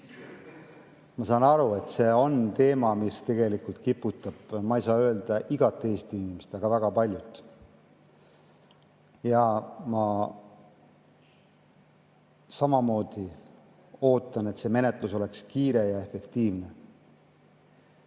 Ma saan aru, et see on teema, mis tegelikult kiputab, ma ei saa öelda, et igat Eesti inimest, aga väga paljusid. Ja ma samamoodi ootan, et see menetlus oleks kiire ja efektiivne.